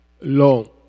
long